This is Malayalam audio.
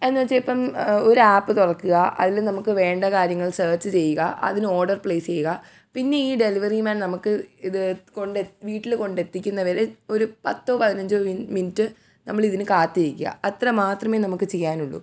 എന്ന് വെച്ചാൽ ഇപ്പം ഒരു ആപ്പ് തുറക്കുക അതിൽ നമുക്ക് വേണ്ട കാര്യങ്ങൾ സേർച്ച് ചെയ്യുക അതിന് ഓർഡർ പ്ലേസ് ചെയ്യുക പിന്നെ ഈ ഡെലിവറി മാൻ നമുക്ക് ഇത് കൊണ്ട് വീട്ടിൽ കൊണ്ടെത്തിക്കുന്നത് വരെ ഒരു പത്തോ പതിനഞ്ചോ മിൻ മിനിറ്റ് നമ്മൾ ഇതിന് കാത്തിരിക്കുക അത്ര മാത്രമേ നമുക്ക് ചെയ്യാനുള്ളൂ